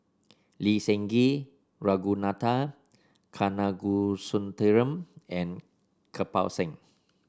Lee Seng Gee Ragunathar Kanagasuntheram and Kirpal Singh